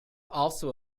also